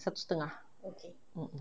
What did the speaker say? satu setengah ah mm mm